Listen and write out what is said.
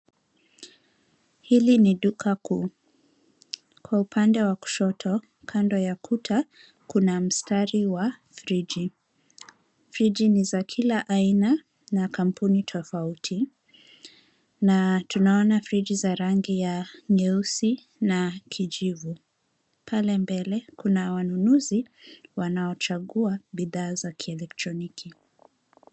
Hili ni duka kuu, kwa upande wa kushoto kando ya kuta kuna mstari wa friji ,friji ni za kila aina na kampuni tofauti na tunaona friji za rangi ya nyeusi na ya kijivu, pale mbele kuna wanunuzi wanaochagua bidhaa za kielektroniki.